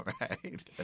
Right